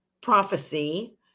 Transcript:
prophecy